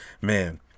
Man